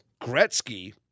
Gretzky